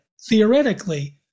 theoretically